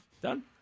Done